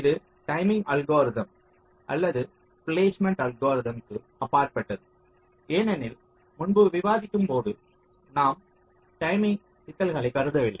இது timing algorithms அல்லது placement algorithms க்கு அப்பாற்பட்டது ஏனெனில் முன்பு விவாதிக்கும்போது நாம் டைமிங் சிக்கல்களைக் கருதவில்லை